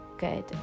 good